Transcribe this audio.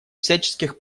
всяческих